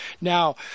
Now